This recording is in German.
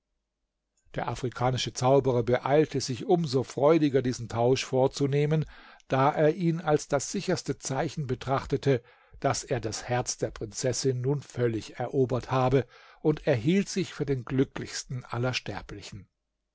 der afrikanische zauberer beeilte sich um so freudiger diesen tausch vorzunehmen da er ihn als das sicherste zeichen betrachtete daß er das herz der prinzessin nun völlig erobert habe und er hielt sich für den glücklichsten aller sterblichen